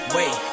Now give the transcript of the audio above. Wait